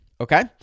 okay